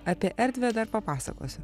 apie erdvę dar papasakosiu